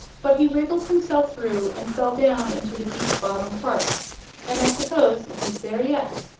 but he wriggled himself through and fell down into the deep bottom part and i suppose he's there yet.